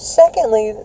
secondly